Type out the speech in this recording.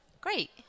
Great